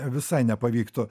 visai nepavyktų